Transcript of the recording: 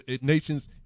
nations